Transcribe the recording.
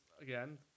again